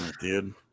Dude